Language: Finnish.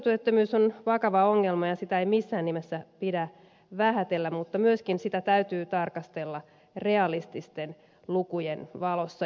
nuorisotyöttömyys on vakava ongelma ja sitä ei missään nimessä pidä vähätellä mutta sitä täytyy myöskin tarkastella realististen lukujen valossa